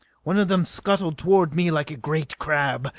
one of them scuttled toward me like a great crab.